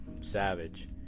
savage